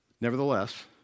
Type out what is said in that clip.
nevertheless